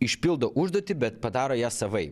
išpildo užduotį bet padaro ją savaip